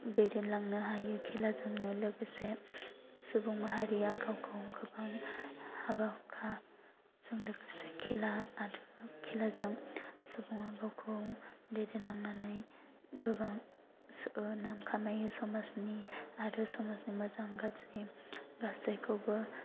दैदेनलांनो हायो खेलाजोंनो लोगोसे सुबुं माहारिया गावखौ गोबां हाबा हुखाजों लोगोसे खेलाजों सुबुङा गावखौ दैदेनलांनानै गोबां नाम खामायो समाजनि आरो समाजनि मोजां गाज्रि गासैखौबो